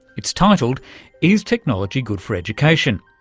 it's titled is technology good for education?